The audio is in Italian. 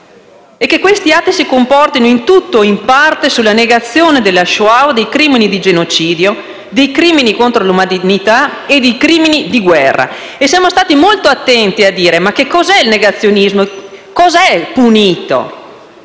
e che questi atti si concentrino in tutto o in parte sulla negazione della Shoah o dei crimini di genocidio, dei crimini contro l'umanità e dei crimini di guerra. Siamo stati molto attenti a dire cos'è il negazionismo e cosa viene punito.